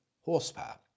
horsepower